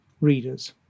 readers